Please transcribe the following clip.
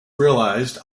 realized